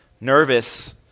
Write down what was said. nervous